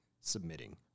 submitting